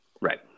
right